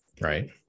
right